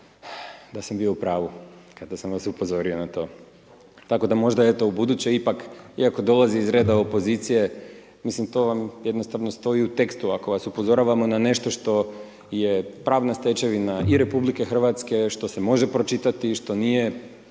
da sam bio u pravu kada sam vas upozorio na to. Tako da možda ubuduće ipak iako dolazi iz reda opozicije, mislim to vam jednostavno stoji u tekstu ako vas upozoravamo na nešto što je pravna stečevina i RH što se može pročitati što nije